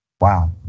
wow